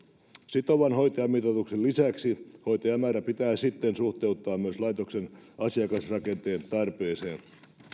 sitovan hoitajamitoituksen lisäksi hoitajamäärä pitää sitten suhteuttaa myös laitoksen asiakasrakenteen tarpeeseen